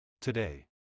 Today